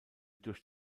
durch